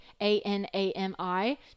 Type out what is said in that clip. A-N-A-M-I